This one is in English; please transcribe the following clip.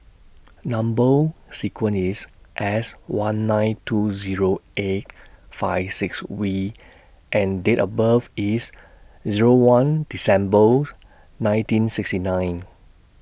Number sequence IS S one nine two Zero eight five six V and Date of birth IS Zero one Decembers nineteen sixty nine